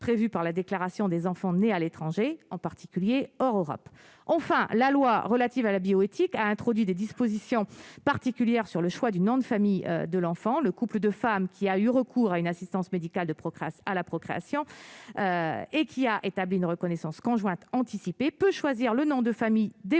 prévu par la déclaration des enfants nés à l'étranger en particulier hors Europe, enfin, la loi relative à la bioéthique a introduit des dispositions particulières sur le choix du nom de famille de l'enfant, le couple de femmes qui a eu recours à une assistance médicale de programmes à la procréation et qui a établi une reconnaissance conjointe anticipée peut choisir le nom de famille dévolu